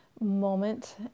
moment